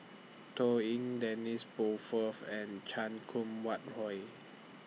Toh Liying Dennis Bloodworth and Chan Kum Wah Roy